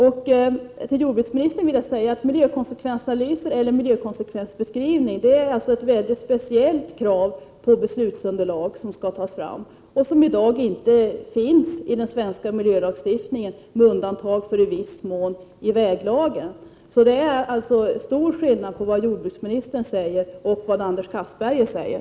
Till jordbruksministern vill jag säga att miljökonsekvensanalyser eller miljökonsekvensbeskrivningar är ett mycket speciellt krav på beslutsunderlag som skall tas fram. I dag finns inte detta i den svenska miljölagstiftningen, med undantag för i viss mån i väglagen. Det är stor skillnad mellan det jordbruksministern säger och det Anders Castberger säger.